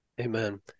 Amen